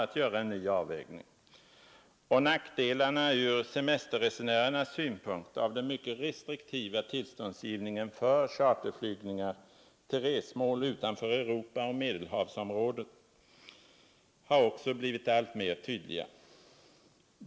behovet av en ny avvägning. Nackdelarna ur semesterresenärernas synpunkt av den mycket restriktiva tillståndsgivningen för charterflygningar till resmål utanför Europa och Medelhavsområdet har också blivit alltmer tydliga.